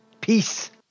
peace